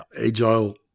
Agile